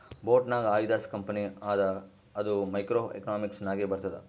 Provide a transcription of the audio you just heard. boat ನಾಗ್ Adidas company ಅದ ಅದು ಮೈಕ್ರೋ ಎಕನಾಮಿಕ್ಸ್ ನಾಗೆ ಬರ್ತುದ್